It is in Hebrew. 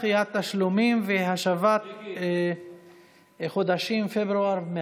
דחיית תשלומים והשבת החודשים פברואר-מרץ.